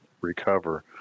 recover